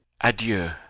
Adieu